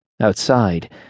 Outside